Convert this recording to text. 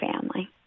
family